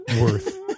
worth